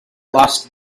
lost